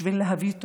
בשביל להביא תואר?